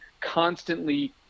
constantly